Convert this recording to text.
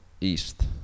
east